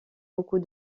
beaucoup